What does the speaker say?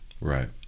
Right